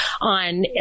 on